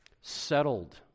settled